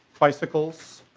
bicycles.